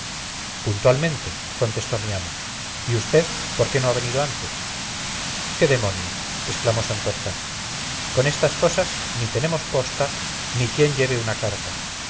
puntualmente contestó mi amo y vd por qué no ha venido antes qué demonio exclamó santorcaz con estas cosas ni tenemos posta ni quien lleve una carta